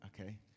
Okay